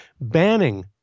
Banning